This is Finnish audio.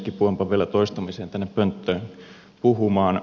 kipuanpa vielä toistamiseen tänne pönttöön puhumaan